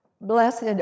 blessed